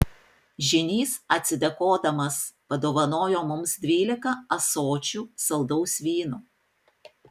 žynys atsidėkodamas padovanojo mums dvylika ąsočių saldaus vyno